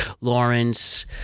Lawrence